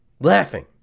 Laughing